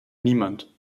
niemand